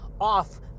off